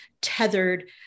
tethered